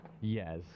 Yes